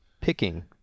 picking